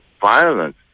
violence